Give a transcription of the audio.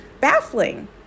baffling